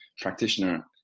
practitioner